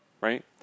right